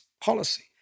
policy